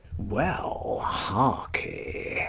well, harkee.